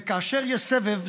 וכאשר יש סבב,